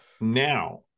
now